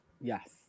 Yes